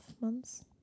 months